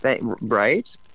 Right